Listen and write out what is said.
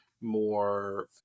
more